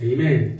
Amen